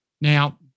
Now